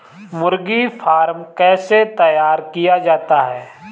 मुर्गी फार्म कैसे तैयार किया जाता है?